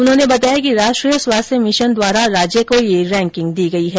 उन्होंने बताया कि राष्ट्रीय स्वास्थ्य मिशन द्वारा राज्य को ये रैंकिंग दी गई है